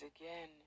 again